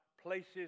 places